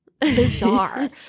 bizarre